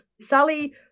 Sally